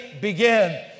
begin